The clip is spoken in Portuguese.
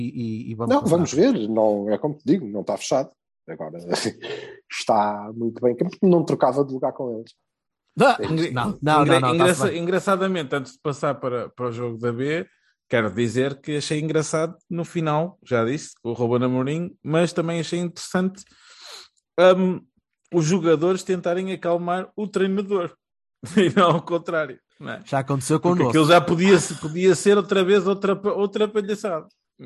E- e- e vamos Não, continuar. vamos ver. Não- é como te digo, não tá fechado. Agora está muito bem, que não trocava de lugar com eles. Não, É isso. Engra- não, não, não, engra- não, tá-se engraça- bem. engraçadamente, antes de passar para- para o jogo da B, quero dizer que achei engraçado, no final, já disse, com o Ruben Amorim, mas também achei interessante, hum, os jogadores tentarem acalmar o treinador. E não ao contrário, não é? Já aconteceu Porque connosco. aquilo já podia se- podia ser outra vez outra pa- outra palhaçada.